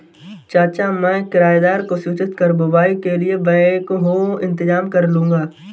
चाचा मैं किराएदार को सूचित कर बुवाई के लिए बैकहो इंतजाम करलूंगा